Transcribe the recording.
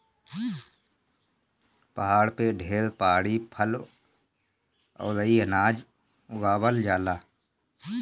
पहाड़ पे ढेर पहाड़ी फल अउरी अनाज उगावल जाला